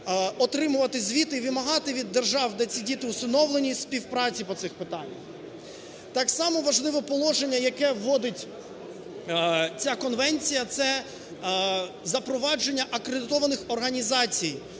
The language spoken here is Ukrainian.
отримувати звіти і вимагати від держав, де ці діти усиновлені, співпраці по цих питаннях. Так само важливе положення, яке вводить ця конвенція, це запровадження акредитованих організацій